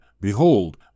Behold